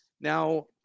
Now